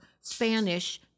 Spanish